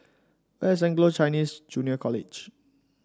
where is Anglo Chinese Junior College